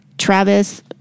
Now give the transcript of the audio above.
Travis